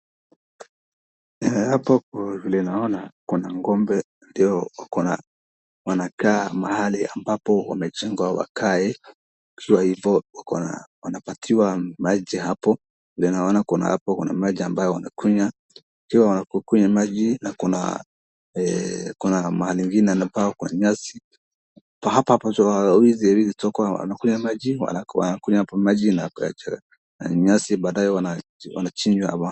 Hapa vile naona kuna ng'ombe wanakaa mahali ambapo wamejengewa wakae, wanapatiwa maji hapo, vile naona hapo kuna maji ambayo wanakunywa, pia wanapokunywa maji na kuna mahali pengine panakaa kwa nyasi. Hapa wanakunywa maji na nyasi na baadae wanachinjwa.